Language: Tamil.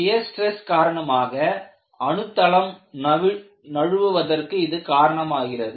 ஷியர் ஸ்ட்ரெஸ் காரணமாக அணுத்தளம் நழுவுவதற்கு இது காரணமாகிறது